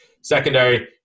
secondary